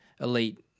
elite